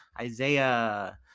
isaiah